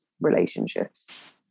relationships